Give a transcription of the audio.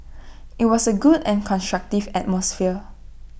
IT was A good and constructive atmosphere